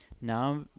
Now